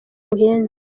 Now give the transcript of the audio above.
buhenze